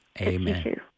Amen